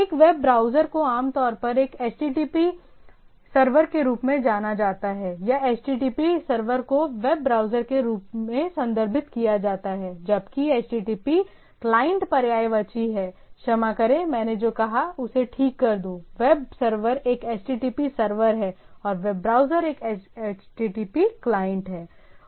एक web browser को आमतौर पर एक HTTP सर्वर के रूप में जाना जाता है या HTTP सर्वर को वेब ब्राउज़र के रूप में संदर्भित किया जाता है जबकि HTTP क्लाइंट पर्यायवाची है क्षमा करें मैंने जो कहा उसे ठीक कर दूं वेब सर्वर एक HTTP सर्वर है और वेब ब्राउज़र HTTP क्लाइंट है